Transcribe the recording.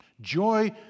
Joy